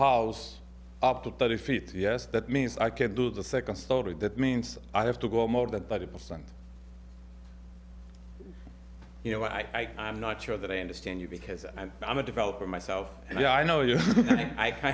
house up to thirty feet yes that means i can't do the second story that means i have to go more than thirty percent you know i i'm not sure that i understand you because i'm a developer myself and i know